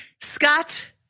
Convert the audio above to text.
Scott